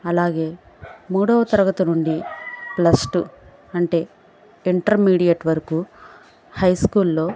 అలాగే మూడో తరగతి నుండి ప్లస్ టూ అంటే ఇంటర్మీడియట్ వరకు హై స్కూల్లో